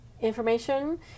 information